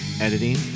editing